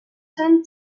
ten